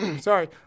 sorry